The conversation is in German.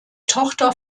tochter